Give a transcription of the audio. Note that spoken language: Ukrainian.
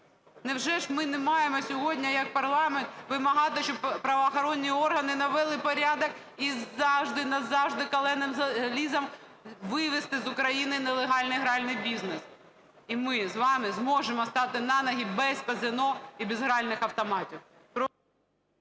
Невже ж ми не маємо сьогодні як парламент вимагати, щоб правоохоронні органи навели порядок і назавжди каленим залізом вивести з України нелегальний гральний бізнес? І ми з вами зможемо стати на ноги без казино і без гральних автоматів.